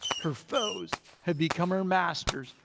her foes have become her masters.